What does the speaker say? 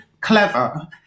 clever